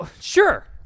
Sure